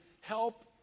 help